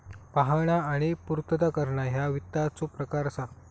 पाहणा आणि पूर्तता करणा ह्या वित्ताचो प्रकार असा